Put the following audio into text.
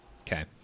Okay